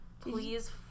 Please